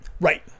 Right